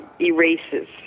erases